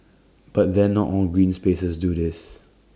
but then not all green spaces do this